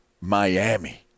miami